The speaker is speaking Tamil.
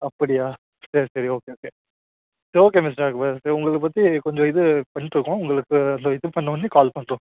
அப்படியா சரி சரி okay okay so okay mister Akbar so உங்களை பற்றி கொஞ்சம் இது பண்ணிவிட்டு இருக்கோம் உங்களுக்கு அந்த இது பண்ணவொடன்னே கால் பண்ணுறோம்